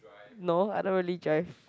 no I don't really drive